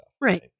Right